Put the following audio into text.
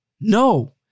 No